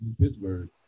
Pittsburgh